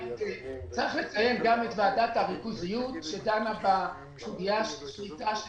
צריך לציין גם את ועדת הריכוזיות שדנה בסוגיה של שליטה של